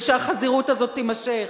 ושהחזירות הזאת תימשך.